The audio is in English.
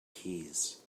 keys